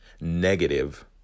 negative